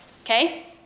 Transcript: Okay